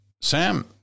Sam